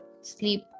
sleep